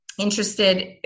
interested